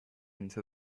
into